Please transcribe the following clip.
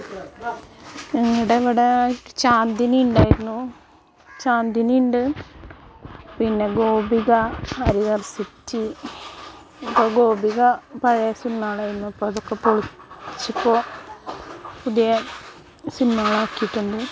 ഞങ്ങളുടെ ഇവിടെ ചാന്ദിനി ഉണ്ടായിരുന്നു ചാന്ദിനി ഉണ്ട് പിന്നെ Gopika I R city Gopika പഴയ സിനിമകളായിരുന്നു ഇപ്പോൾ അതൊക്കെ പൊളിച്ചിപ്പോൾ പുതിയ സിനിമകൾ ആക്കിയിട്ടുണ്ട്